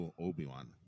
obi-wan